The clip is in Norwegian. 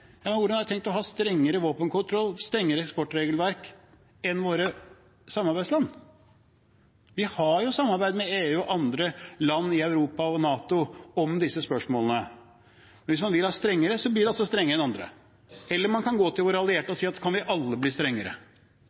Hvordan har man tenkt å ha strengere våpenkontroll og strengere eksportregelverk enn våre samarbeidsland? Vi har jo samarbeid med EU og andre land i Europa og med NATO om disse spørsmålene. Hvis man vil ha det strengere, blir det altså strengere enn andre. Eller man kan gå til våre allierte og spørre om alle kan bli strengere. Ja vel, så kan vi alle bli strengere.